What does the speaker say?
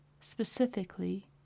specifically